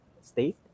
state